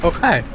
Okay